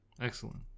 Excellent